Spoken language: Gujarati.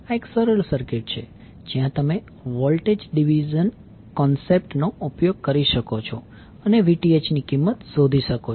આ એક સરળ સર્કિટ છે જ્યાં તમે વોલ્ટેજ ડિવિઝન કોન્સેપટ નો ઉપયોગ કરી શકો છો અને Vth ની કિંમત શોધી શકો છો